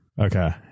okay